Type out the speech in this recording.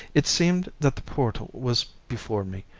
it seemed that the portal was before me,